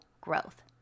growth